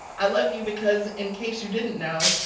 i love you because, in case you didn't know,